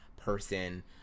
Person